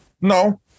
no